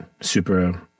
super